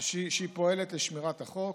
זה שהיא פועלת לשמירת החוק,